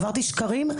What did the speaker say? עברתי שקלים,